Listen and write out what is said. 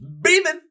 beaming